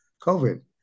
COVID